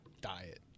diet